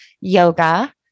yoga